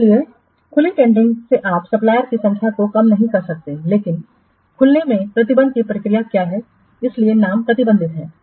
इसलिए खुली टेंडरिंग में आप सप्लायरसकी संख्या को कम नहीं कर सकते हैं लेकिन खुले में प्रतिबंध की प्रक्रिया क्या है इसीलिए नाम प्रतिबंधित है